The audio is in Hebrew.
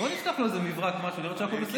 בוא נשלח לו איזה מברק, משהו, נראה שהוא בסדר.